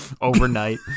Overnight